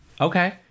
okay